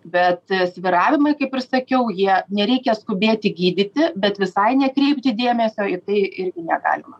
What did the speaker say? bet svyravimai kaip ir sakiau jie nereikia skubėti gydyti bet visai nekreipti dėmesio į tai irgi negalima